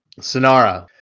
Sonara